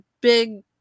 big